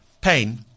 pain